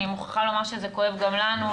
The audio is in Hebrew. אני מוכרחה לומר שזה כואב גם לנו,